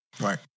Right